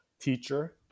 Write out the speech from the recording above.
teacher